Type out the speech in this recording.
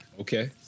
okay